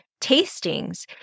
tastings